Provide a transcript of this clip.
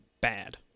bad